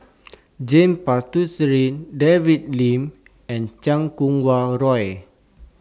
James Puthucheary David Lim and Chan Kum Wah Roy